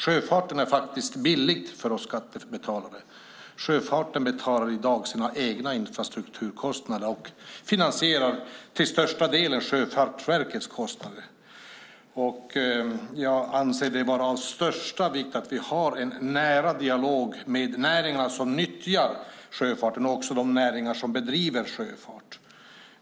Sjöfarten är faktiskt billig för oss skattebetalare. Sjöfarten betalar i dag sina egna infrastrukturkostnader och finansierar till största delen Sjöfartsverkets kostnader. Jag anser det vara av största vikt att vi har en nära dialog med näringar som nyttjar sjöfarten och också de näringar som bedriver sjöfart.